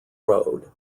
road